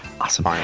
Awesome